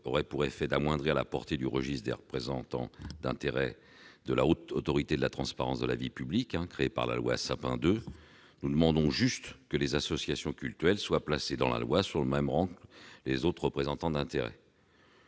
aurait pour effet d'amoindrir la portée du registre des représentants d'intérêts de la Haute Autorité pour la transparence de la vie publique créé par la loi Sapin 2. Nous demandons juste que les associations cultuelles soient traitées par la loi sur le même pied que les autres représentants d'intérêts.